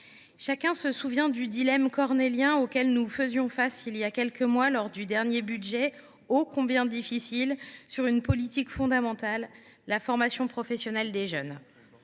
Chacun se souvient du dilemme cornélien auquel nous faisions face il y a quelques mois, lors de nos débats budgétaires ô combien difficiles, au sujet d’une politique fondamentale : la formation professionnelle des jeunes.